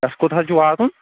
اَسہِ کوٚت حظ چھُ واتُن